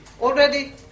Already